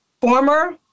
former